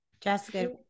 Jessica